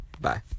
Bye